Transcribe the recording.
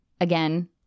again